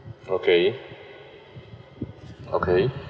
okay okay